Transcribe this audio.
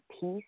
peace